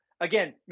Again